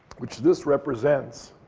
which this represents,